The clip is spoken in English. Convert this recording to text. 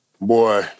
boy